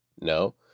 No